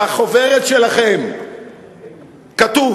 בחוברת שלכם כתוב: